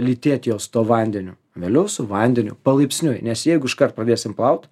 lytėt juos tuo vandeniu vėliau su vandeniu palaipsniui nes jeigu iškart pradėsim plauti